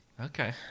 Okay